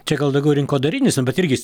čia gal daugiau rinkodarinis nu bet irgi jis